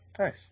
Nice